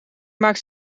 maakt